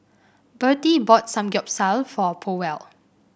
Birtie bought Samgyeopsal for Powell